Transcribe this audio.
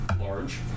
large